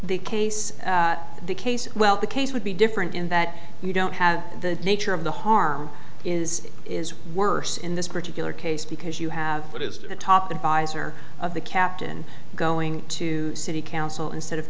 the case the case well the case would be different in that you don't have the nature of the harm is is worse in this particular case because you have what is a top adviser of the captain going to city council instead of